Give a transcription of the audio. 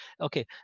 Okay